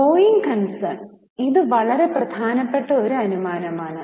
going concern ഇത് വളരെ പ്രധാനപ്പെട്ട ഒരു അനുമാനമാണ്